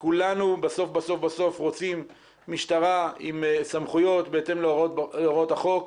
כולנו בסוף בסוף בסוף רוצים משטרה עם סמכויות בהתאם להוראות החוק,